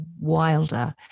wilder